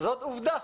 זאת עובדה.